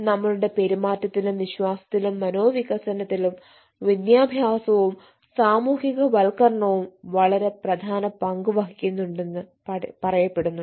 നമ്മളുടെ പെരുമാറ്റത്തിലും വിശ്വാസത്തിലും മനോവികസനത്തിലും വിദ്യാഭ്യാസവും സാമൂഹികവൽക്കരണവും വളരെ പ്രധാന പങ്ക് വഹിക്കുന്നുവെന്ന് പറയപെടുന്നുണ്ട്